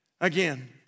Again